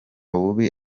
bubi